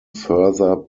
further